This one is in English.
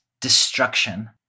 destruction